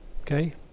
Okay